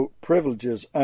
privileges